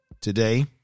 today